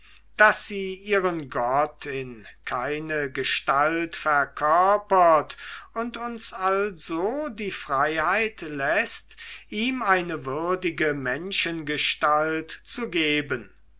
daß sie ihren gott in keine gestalt verkörpert und uns also die freiheit läßt ihm eine würdige menschengestalt zu geben